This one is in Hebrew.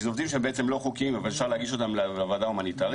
שזה עובדים שהם בעצם לא חוקיים אבל אפשר להגיש אותם לוועדה ההומניטארית,